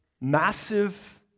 massive